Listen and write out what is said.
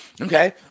Okay